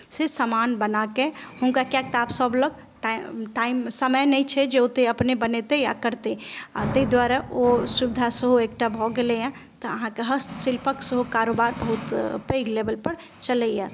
से समान बनाके हुनका कियाक तऽ आब सभ लग टाइम टाइम समय नहि छै जे ओतेक अपने बनेतै आ करतै आ ताहि द्वारे ओ सुविधा सेहो एकटा भऽ गेलैए तऽ अहाँकेँ हस्तशिल्पक सेहो कारोबार सेहो बहुत पैघ लेवलपर चलैए